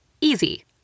Easy